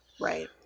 right